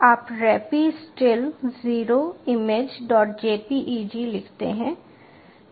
आप raspistill o imagejpeg लिखते हैं